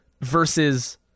versus